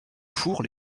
four